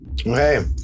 Okay